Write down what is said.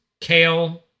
kale